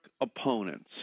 opponents